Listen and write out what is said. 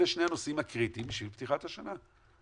אלה שני הנושאים הקריטיים של פתיחת השנה.